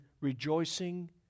rejoicing